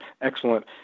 excellent